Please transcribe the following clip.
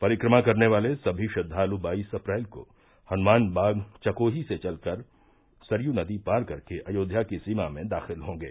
परिक्रमा करने वाले सभी श्रद्वाल् बाईस अप्रैल को हनुमान बाग चकोही से चल कर सरयू नदी पार कर के अयोध्या की सीमा में दाखिल होंगे